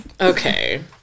Okay